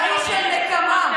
אתה איש של נקמה,